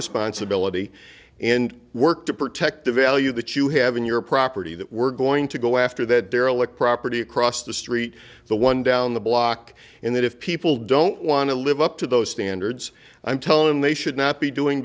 responsibility and work to protect the value that you have in your property that we're going to go after that derelict property across the street the one down the block and that if people don't want to live up to those standards i'm telling them they should not be doing